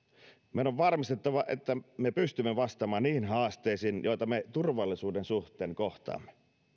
meidän on varmistettava että me pystymme vastaamaan niihin haasteisiin joita me turvallisuuden suhteen kohtaamme